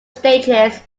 stages